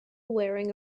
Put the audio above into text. wearing